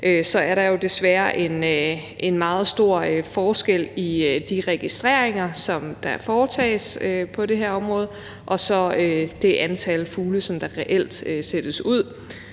på, er der jo desværre en meget stor forskel på de registreringer, som foretages på det her område, og på det antal fugle, som reelt sættes ud.